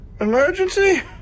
Emergency